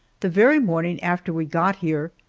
the very morning after we got here,